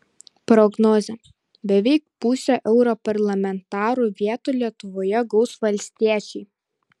prognozė beveik pusę europarlamentarų vietų lietuvoje gaus valstiečiai